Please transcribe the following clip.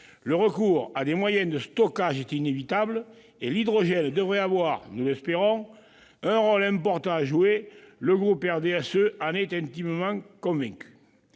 Le recours à des moyens de stockage est inévitable, et l'hydrogène devrait avoir, nous l'espérons, un rôle important à jouer. Les membres du RDSE en sont intimement convaincus.